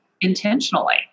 intentionally